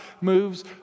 moves